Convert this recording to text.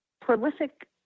prolific